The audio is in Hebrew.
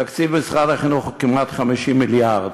תקציב משרד החינוך הוא כמעט 50 מיליארד.